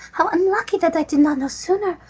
how unlucky that i did not know sooner!